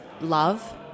love